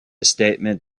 statement